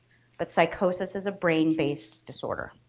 but psychosis is a brain-based disorder.